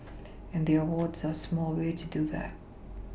and the awards are a small way to do that